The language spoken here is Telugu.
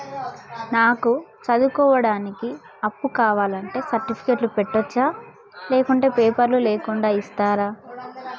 నాకు చదువుకోవడానికి అప్పు కావాలంటే సర్టిఫికెట్లు పెట్టొచ్చా లేకుంటే పేపర్లు లేకుండా ఇస్తరా?